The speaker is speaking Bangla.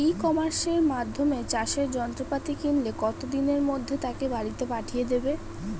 ই কমার্সের মাধ্যমে চাষের যন্ত্রপাতি কিনলে কত দিনের মধ্যে তাকে বাড়ীতে পাঠিয়ে দেবে?